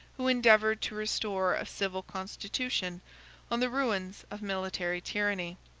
who endeavored to restore a civil constitution on the ruins of military tyranny.